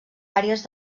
àrees